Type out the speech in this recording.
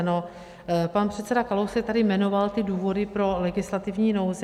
No, pan předseda Kalousek tady jmenoval ty důvody pro legislativní nouzi.